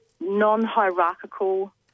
non-hierarchical